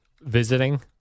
visiting